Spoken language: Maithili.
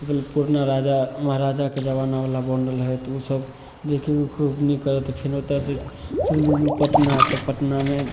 पुरना राजा महराजाके जमानावला बनल हइ तऽ ओसब देखैमे खूब नीक करत फेर ओतऽसे चलि जइऔ पटना तऽ पटनामे